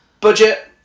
Budget